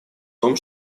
том